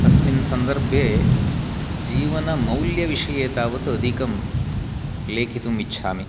अस्मिन् सन्दर्भे जीवनमौल्यविषये तावत् अधिकं लेखितुम् इच्छामि